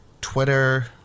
Twitter